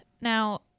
now